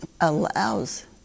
allows